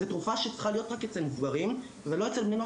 זה תרופה שצריכה להיות רק אצל מבוגרים ולא אצל בני נוער